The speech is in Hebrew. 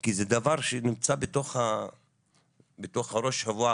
כי זה דבר שנמצא בתוך הראש שבוע,